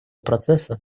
процесса